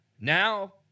now